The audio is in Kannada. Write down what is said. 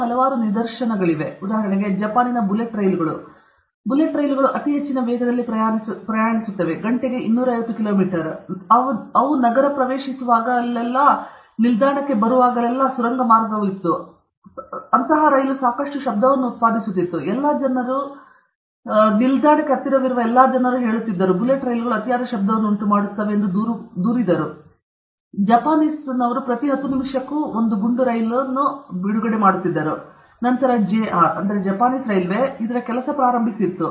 ಹಲವಾರು ಇತರ ನಿದರ್ಶನಗಳಿವೆ ಉದಾಹರಣೆಗೆ ಜಪಾನಿನ ಬುಲೆಟ್ ರೈಲುಗಳು ಬುಲೆಟ್ ರೈಲುಗಳು ಅತಿ ಹೆಚ್ಚಿನ ವೇಗದಲ್ಲಿ ಪ್ರಯಾಣಿಸುತ್ತವೆ ಗಂಟೆಗೆ 250 ಕಿಲೋಮೀಟರ್ ಮತ್ತು ಎಲ್ಲವುಗಳು ಅವರು ನಗರಕ್ಕೆ ಪ್ರವೇಶಿಸುವಾಗಲೆಲ್ಲಾ ನಿಲ್ದಾಣಕ್ಕೆ ಪ್ರವೇಶಿಸುವಾಗಲೆಲ್ಲಾ ಸುರಂಗ ಮಾರ್ಗವು ಇತ್ತು ಅವರು ಸಾಕಷ್ಟು ಶಬ್ದವನ್ನು ಉತ್ಪಾದಿಸುತ್ತಿದ್ದರು ಮತ್ತು ಎಲ್ಲಾ ಜನರಿಗೆ ನಿಲ್ದಾಣಕ್ಕೆ ಹತ್ತಿರವಾಗುತ್ತಿದ್ದರು ಬುಲೆಟ್ ರೈಲುಗಳು ಅತಿಯಾದ ಶಬ್ದವನ್ನು ಉಂಟುಮಾಡುತ್ತವೆ ಎಂದು ಅವರು ದೂರಿದರು ಮತ್ತು ಜಪಾನೀಸ್ ಪ್ರತಿ 10 ನಿಮಿಷಗಳೂ ಒಂದು ಗುಂಡು ರೈಲು ಸರಿ ಮತ್ತು ನಂತರ JR ಜಪಾನೀಸ್ ರೈಲ್ವೆ ಇದನ್ನು ಕೆಲಸ ಮಾಡಲು ಪ್ರಾರಂಭಿಸಿತು